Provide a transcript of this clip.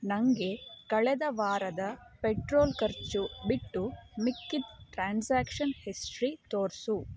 ನನಗೆ ಕಳೆದ ವಾರದ ಪೆಟ್ರೋಲ್ ಖರ್ಚು ಬಿಟ್ಟು ಮಿಕ್ಕಿದ ಟ್ರಾನ್ಸಾಕ್ಷನ್ ಹಿಸ್ಟ್ರಿ ತೋರಿಸು